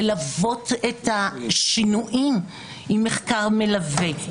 ללוות את השינויים עם מחקר מלווה,